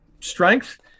strength